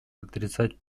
отрицать